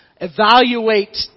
evaluate